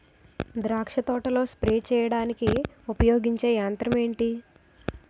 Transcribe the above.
ద్రాక్ష తోటలో స్ప్రే చేయడానికి ఉపయోగించే యంత్రం ఎంటి?